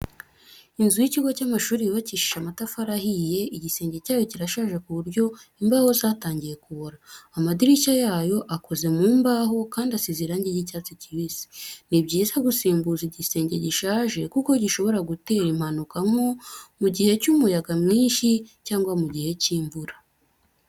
Inzu y’ikigo cy’amashuri yubakishije amatafari ahiye, igisenge cyayo kirashaje ku buryo imbaho zatangiye kubora. Amadirishya yayo akoze mu mbaho kandi asize irangi ry’icyatsi kibisi. Ni byiza gusimbura igisenge gishaje kuko gishobora gutera impanuka nko mu gihe cy’umuyaga mwinshi cyangwa mu gihe cy’imvura.